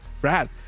Brad